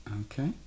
okay